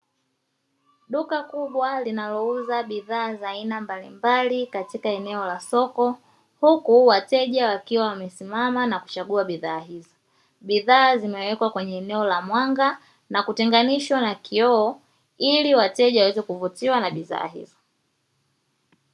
Duka kubwa linalouza bidhaa za aina mbali mbali katika eneo la soko huku wateja wakiwa wamesimama na kuchagua bidhaa hizo, bidhaa zimewekwa kwenye eneo la mwanga na kutenganishwa na kioo ili wateja waweze kuvutiwa na bidhaa hizo.